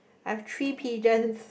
I've three pigeons